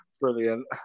brilliant